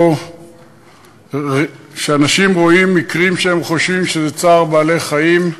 או כשאנשים רואים מקרים שהם חושבים שזה צער בעלי-חיים,